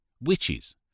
Witches